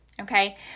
Okay